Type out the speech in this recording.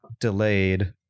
delayed